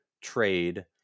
trade